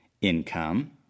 income